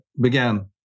began